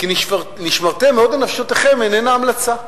כי "ונשמרתם מאד לנפשתיכם" איננו המלצה.